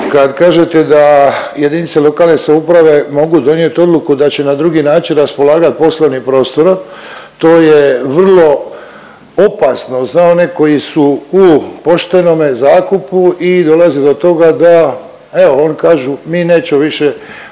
kad kažete da jedinice lokalne samouprave mogu donijet odluku da će na drugi način raspolagat poslovnim prostorom, to je vrlo opasno za one koji su u poštenome zakupu i dolazi do toga da evo oni kažu mi nećemo više